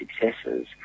successes